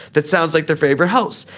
that sounds like their favorite house.